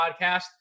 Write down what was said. podcast